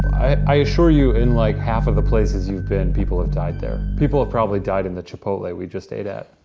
i assure you in like half of the places you've been, people have died there. people have probably died in the chipotle we just ate at.